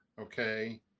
okay